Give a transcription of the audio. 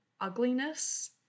ugliness